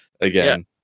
again